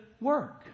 work